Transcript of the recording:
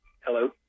Hello